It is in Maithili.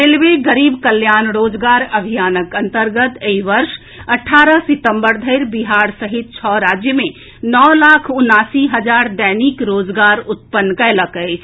रेलवे गरीब कल्याण रोजगार अभियानक अंतर्गत एहि वर्ष अठारह सितंबर धरि बिहार सहित छओ राज्य मे नओ लाख उनासी हजार दैनिक रोजगार उत्पन्न कएलक अछि